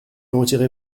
retirez